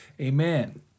Amen